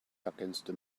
ergänzte